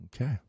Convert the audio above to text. Okay